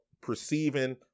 perceiving